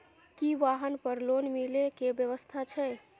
की वाहन पर लोन मिले के व्यवस्था छै?